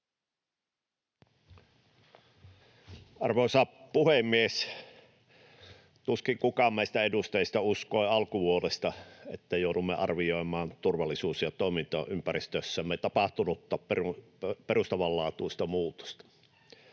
Arvoisa puhemies! Tuskin kukaan meistä edustajista uskoi alkuvuodesta, että joudumme arvioimaan turvallisuus- ja toimintaympäristössämme tapahtunutta perustavanlaatuista muutosta.